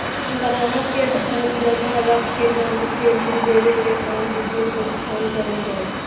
गाहक़ के धन जमा रख के गाहक़ के ऋण देबे के काम वित्तीय संस्थान करो हय